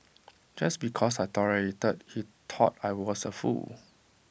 just because I tolerated he thought I was A fool